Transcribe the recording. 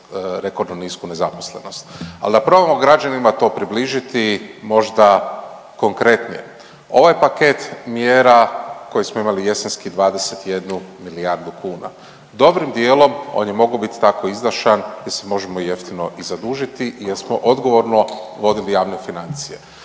rekordno nisku nezaposlenost. Ali da probamo građanima to približiti možda konkretnim. Ovaj paket mjera koji smo imali jesenski 21 milijardu kuna dobrim dijelom on je mogao biti tako izdašan, jer se možemo jeftino i zadužiti i jer smo odgovorno vodili javne financije.